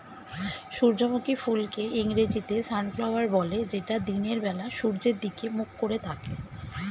সূর্যমুখী ফুলকে ইংরেজিতে সানফ্লাওয়ার বলে যেটা দিনের বেলা সূর্যের দিকে মুখ করে থাকে